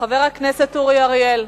חבר הכנסת אורי אריאל.